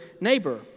neighbor